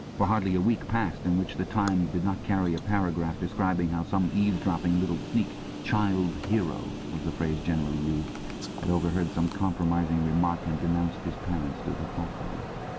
for hardly a week passed in which the times did not carry a paragraph describing how some eavesdropping little sneak child hero was the phrase generally used had overheard some compromising remark and denounced its parents to the thought police.